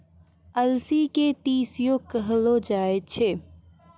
अलसी के तीसियो कहलो जाय छै